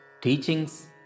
Teachings